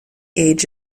age